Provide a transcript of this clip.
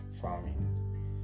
farming